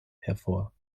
hervor